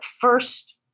first